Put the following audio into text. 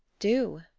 do?